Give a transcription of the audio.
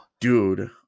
Dude